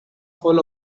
full